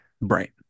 Right